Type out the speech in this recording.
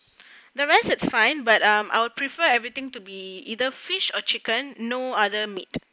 the rest that's fine but um I would prefer everything to be either fish or chicken no other meat